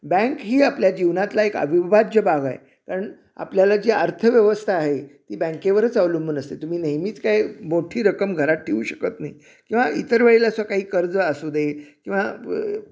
bank ही आपल्या जीवनातला एक अविभाज्य भाग आहे कारण आपल्याला जी अर्थव्यवस्था आहे ती बँकेवरच अवलंबून असते तुम्ही नेहमीच काय मोठी रक्कम घरात ठेवू शकत नाही किंवा इतर वेळेला असं काही कर्ज असू दे किंवा